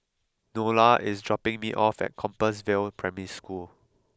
Nola is dropping me off at Compassvale Primary School